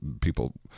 people